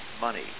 money